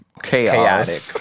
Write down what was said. chaotic